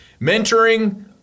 mentoring